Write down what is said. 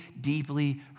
deeply